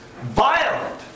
violent